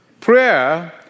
prayer